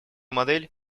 модель